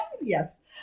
Yes